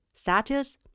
status